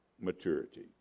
maturity